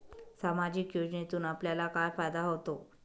सामाजिक योजनेतून आपल्याला काय फायदा होतो?